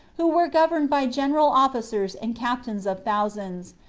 who were governed by general officers and captains of thousands,